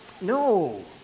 no